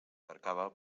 cercava